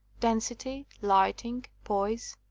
density, lighting, poise,